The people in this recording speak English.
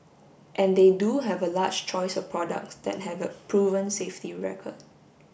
and they do have a large choice of products that have a proven safety record